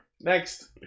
Next